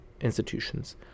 institutions